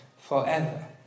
forever